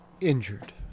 injured